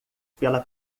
pela